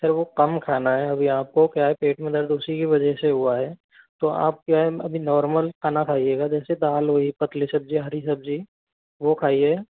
sir वो कम खाना है अभी आपको क्या है पेट में दर्द उसी की वजह से हुआ है तो आप क्या है अभी नॉर्मल खाना खाइएगा जैसे दाल हुई पतली सब्जी हरी सब्जी वो खाइए